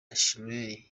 ashley